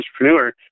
entrepreneur